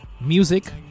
music